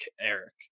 Eric